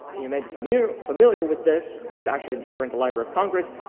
you may be familiar familiar with this, it's actually and here in the library of congress,